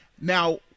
Now